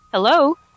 Hello